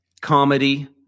comedy